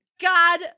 God